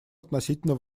относительно